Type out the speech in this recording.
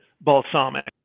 balsamic